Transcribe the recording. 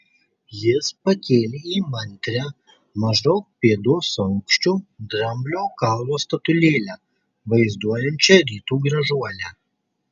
jis pakėlė įmantrią maždaug pėdos aukščio dramblio kaulo statulėlę vaizduojančią rytų gražuolę